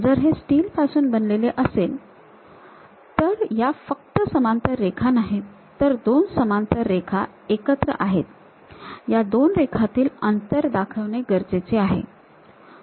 जर हे स्टील पासून बनलेले असेल तर या फक्त समांतर रेखा नाही तर दोन समांतर रेखा एकत्र आहेत या दोन रेखांतील अंतर दाखवणे गरजेचे आहे